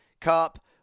Cup